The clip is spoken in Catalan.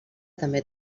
també